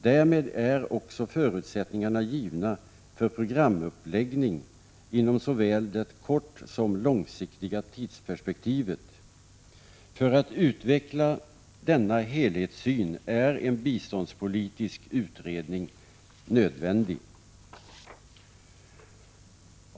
Därmed är också förutsättningarna givna för program uppläggning inom såväl det kortsom det långsiktiga tidsperspektivet. För att utveckla denna helhetssyn är en biståndspolitisk utredning nödvändig.